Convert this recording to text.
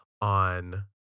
on